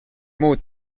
muud